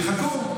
שיחכו.